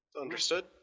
Understood